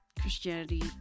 Christianity